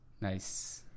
Nice